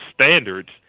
standards